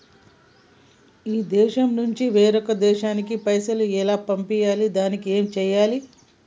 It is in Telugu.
ఈ దేశం నుంచి వేరొక దేశానికి పైసలు ఎలా పంపియ్యాలి? దానికి ఏం చేయాలి?